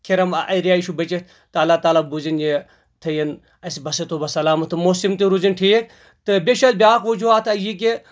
خِرم area یہِ چھُ بٔچھِتھ تہٕ للہ تعالیٰ بوٗزِنۍ یہِ تٔھین اَسہِ بہ صحتو و سلامَتھ تہٕ موسِم تہِ روٗزِنۍ ٹھیٖک تہٕ بیٚیہِ چھُ اَتھ بیاکھ وُجوٗہات یہِ کہِ